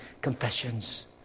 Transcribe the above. confessions